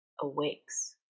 awakes